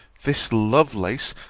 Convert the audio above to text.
this lovelace,